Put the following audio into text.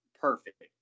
perfect